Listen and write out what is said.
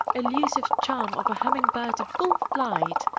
elusive charm of a humming bird in full flight.